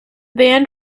band